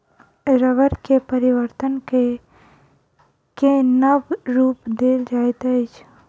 रबड़ के परिवर्तन कय के नब रूप देल जाइत अछि